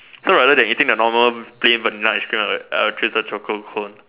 so rather than eating the normal plain Vanilla ice cream I would I would choose the choco cone